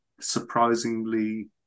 surprisingly